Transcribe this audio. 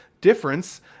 difference